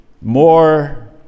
more